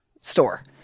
store